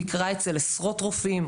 ביקרה אצל עשרות רופאים,